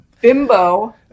bimbo